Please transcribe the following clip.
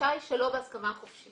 הדרישה היא שלא בהסכמה חופשית.